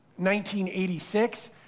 1986